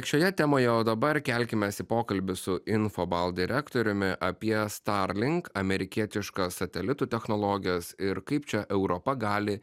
šioje temoje o dabar kelkimės į pokalbį su infobalt direktoriumi apie starlink amerikietiškas satelitų technologijas ir kaip čia europa gali